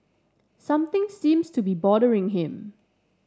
something seems to be bothering him